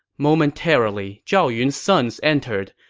momentarily, zhao yun's sons entered.